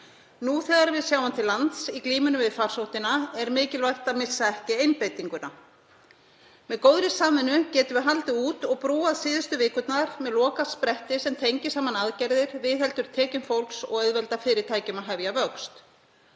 Nú þegar við sjáum til lands í glímunni við farsóttina er mikilvægt að missa ekki einbeitinguna. Með góðri samvinnu getum við haldið út og brúað síðustu vikurnar með lokaspretti sem tengir saman aðgerðir, viðheldur tekjum fólks og auðveldar fyrirtækjum að hefja vöxt.